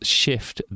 shift